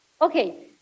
Okay